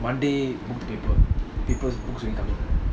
monday book the paper paper books already submit